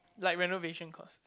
like renovation cost